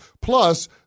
Plus